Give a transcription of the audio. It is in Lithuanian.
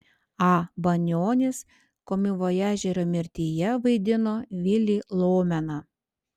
a banionis komivojažerio mirtyje vaidino vilį lomeną